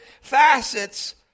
facets